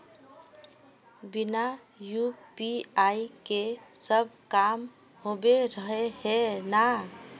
बिना यु.पी.आई के सब काम होबे रहे है ना?